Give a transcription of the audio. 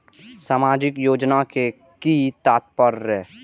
सामाजिक योजना के कि तात्पर्य?